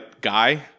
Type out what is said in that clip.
guy